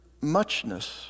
muchness